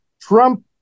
Trump